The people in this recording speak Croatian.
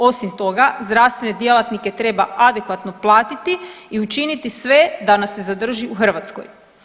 Osim toga, zdravstvene djelatnike treba adekvatno platiti i učiniti sve da nas se zadrži u Hrvatskoj.